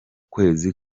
kwezi